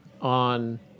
on